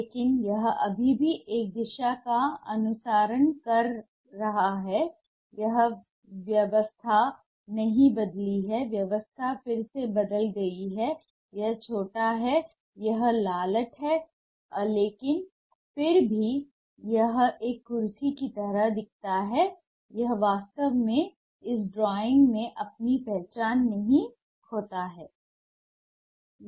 लेकिन यह अभी भी एक दिशा का अनुसरण कर रहा है यहां व्यवस्था नहीं बदली है व्यवस्था फिर से बदल गई है यह छोटा है यह ललाट है लेकिन फिर भी यह एक कुर्सी की तरह दिखता है यह वास्तव में इस ड्राइंग में अपनी पहचान नहीं खोता है